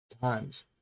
Times